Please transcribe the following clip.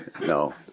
No